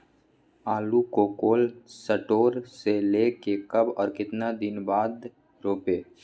आलु को cold store से ले के कब और कितना दिन बाद रोपे?